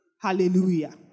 Hallelujah